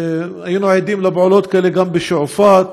והיינו עדים לפעולות כאלה גם בשועפאט,